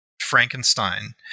Frankenstein